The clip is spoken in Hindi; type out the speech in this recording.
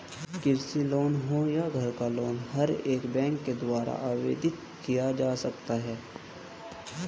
कृषि लोन हो या घर का लोन हर एक बैंक के द्वारा आवेदित किया जा सकता है